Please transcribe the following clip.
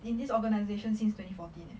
in this organization since twenty fourteen eh